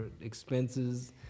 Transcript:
expenses